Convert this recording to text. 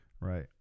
Right